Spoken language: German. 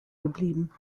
geblieben